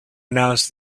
announced